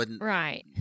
Right